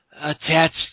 attached